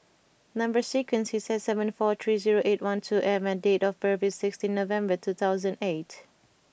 number sequence is S seven four three zero eight one two M and date of birth is sixteen November two thousand and eight